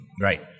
Right